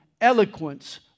eloquence